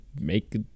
make